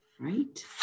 Right